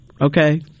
okay